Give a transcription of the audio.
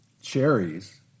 cherries